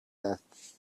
death